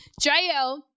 JL